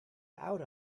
out